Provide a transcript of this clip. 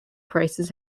prices